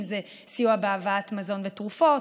אם זה סיוע בהבאת מזון ותרופות,